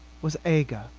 was aga.